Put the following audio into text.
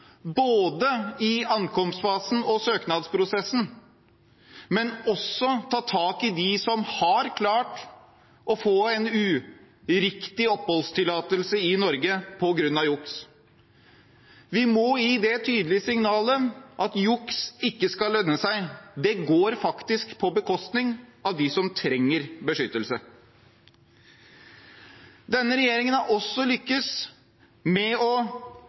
både i ankomstfasen og søknadsprosessen, og også å ta tak i dem som har klart å få en uriktig oppholdstillatelse i Norge på grunn av juks. Vi må gi det tydelige signalet at juks ikke skal lønne seg. Det går på bekostning av dem som trenger beskyttelse. Denne regjeringen har også lyktes med å